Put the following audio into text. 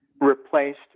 replaced